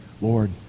Lord